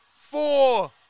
four